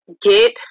get